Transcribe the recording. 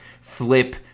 flip